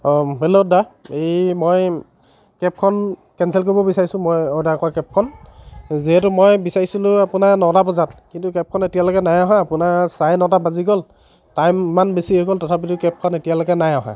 hello দাদা এই মই কেবখন কেঞ্চেল কৰিব বিচাৰিছোঁ মই অৰ্ডাৰ কৰা কেবখন যিহেতু মই বিচাৰিছিলোঁ আপোনাৰ নটা বজাত কিন্তু কেবখন এতিয়ালৈকে নাই অহা আপোনাৰ চাৰে নটা বাজি গ'ল টাইম ইমান বেছি হৈ গ'ল তথাপিতো কেবখন এতিয়ালৈকে নাই অহা